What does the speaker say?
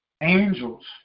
Angels